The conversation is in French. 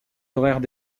horaires